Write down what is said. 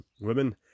women